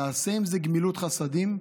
תעשה עם זה גמילות חסדים.